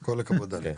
כל הכבוד, אלכס.